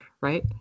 right